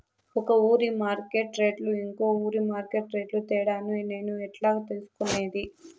ఒక ఊరి మార్కెట్ రేట్లు ఇంకో ఊరి మార్కెట్ రేట్లు తేడాను నేను ఎట్లా తెలుసుకునేది?